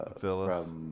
Phyllis